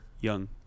Young